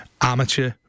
amateur